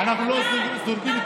אנחנו אישרנו,